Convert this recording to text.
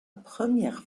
première